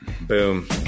Boom